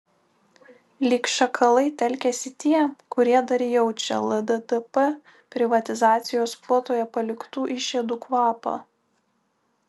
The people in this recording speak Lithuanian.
lyg šakalai telkiasi tie kurie dar jaučia lddp privatizacijos puotoje paliktų išėdų kvapą